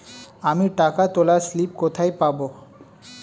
আমি টাকা তোলার স্লিপ কোথায় পাবো?